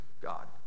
God